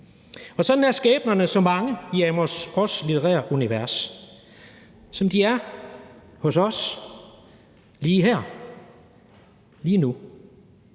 Sådan er skæbnerne så mange i Amos Oz' litterære univers, ligesom de er hos os lige her og nu